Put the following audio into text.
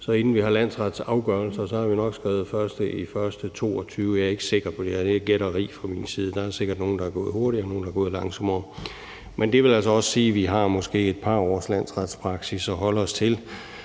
Så inden vi har en landsretsafgørelse, har vi nok skrevet den 1. januar 2022; jeg er ikke sikker på det, det er et gætteri fra min side. Der er sikkert nogle, der er gået hurtigere, og nogle, der er gået langsommere. Men det vil altså også sige, at vi måske har et par års landsretspraksis at holde os til,